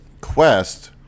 quest